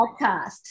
podcast